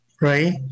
right